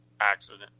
accident